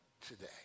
today